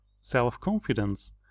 self-confidence